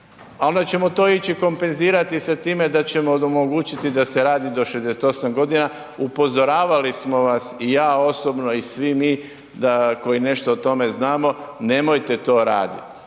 a onda ćemo to ići kompenzirati sa time da ćemo omogućiti da se radi do 68 g., upozoravali smo vas, i ja osobno i svi mi da koji nešto o tome znamo, nemojte to radit,